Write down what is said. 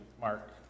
mark